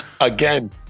Again